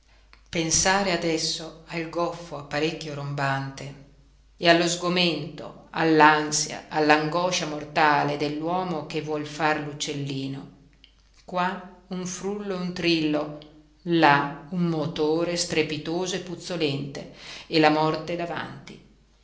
pensare adesso al goffo apparecchio rombante e allo sgomento all'ansia all'angoscia mortale dell'uomo che vuol fare l'uccellino qua un frullo e un trillo là un motore strepitoso e puzzolente e la morte davanti